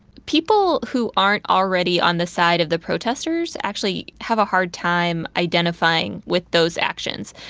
people who aren't already on the side of the protesters actually have a hard time identifying with those actions.